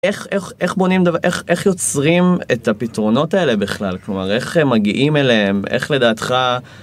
איך בונים דבר, איך יוצרים את הפתרונות האלה בכלל? כלומר, איך מגיעים אליהן, איך לדעתך...